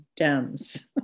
dems